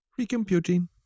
Recomputing